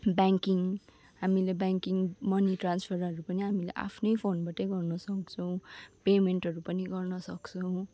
banking हामीले banking money ट्रान्सफरहरू पनि हामीले आफ्नै फोनबाटै गर्नु सक्छौँ पेमेन्टहरू पनि गर्न सक्छौँ